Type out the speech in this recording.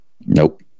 Nope